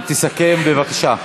תסכם בבקשה.